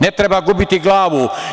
Ne treba gubiti glavu.